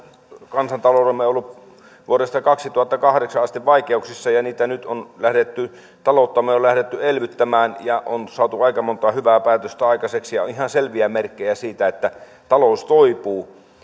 kansantaloutemme on ollut vuodesta kaksituhattakahdeksan asti vaikeuksissa ja nyt talouttamme on lähdetty elvyttämään ja on saatu aika monta hyvää päätöstä aikaiseksi ja on ihan selviä merkkejä siitä että talous toipuu